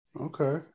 Okay